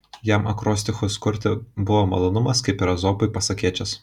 jam akrostichus kurti buvo malonumas kaip ir ezopui pasakėčias